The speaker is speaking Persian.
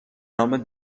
نام